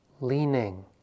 leaning